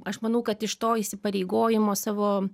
aš manau kad iš to įsipareigojimo savo